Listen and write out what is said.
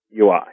UI